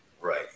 right